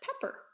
pepper